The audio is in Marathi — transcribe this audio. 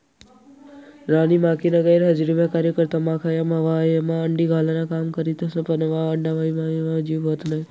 राणी माखीना गैरहजरीमा कार्यकर्ता माख्या या मव्हायमा अंडी घालान काम करथिस पन वा अंडाम्हाईन जीव व्हत नै